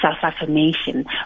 self-affirmation